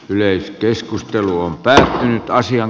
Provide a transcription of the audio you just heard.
varapuhemies anssi joutsenlahti